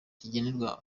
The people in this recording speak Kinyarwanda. kigenerwa